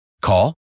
Call